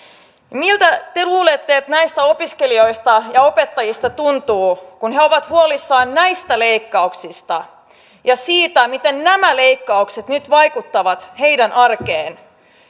miltä te luulette näistä opiskelijoista ja opettajista tuntuvan kun he ovat huolissaan juuri näistä leikkauksista ja siitä miten nämä leikkaukset nyt vaikuttavat heidän arkeensa